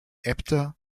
äbte